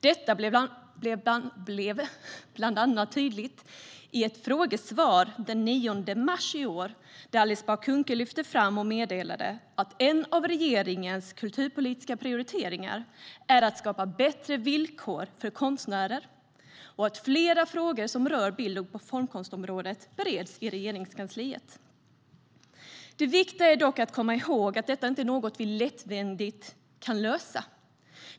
Detta blev bland annat tydligt i ett frågesvar den 9 mars i år där Alice Bah Kuhnke meddelade att en av regeringens kulturpolitiska prioriteringar är att skapa bättre villkor för konstnärer och att flera frågor som rör bild och formkonstområdet bereds i Regeringskansliet. Det viktiga är dock att komma ihåg att detta inte är något vi lättvindigt kan lösa.